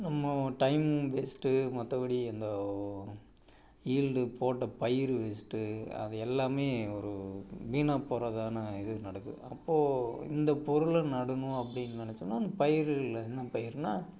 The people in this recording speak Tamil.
நம்ம டைம் வேஸ்ட்டு மற்றபடி இந்த ஈல்டு போட்ட பயிறு வேஸ்ட்டு அது எல்லாமே ஒரு வீணாக போகிறதான இது நடக்குது அப்போ இந்த பொருள நடணும் அப்படின்னு நினச்சம்னா அந்த பயிறுல என்ன பயிறுனா